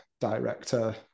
director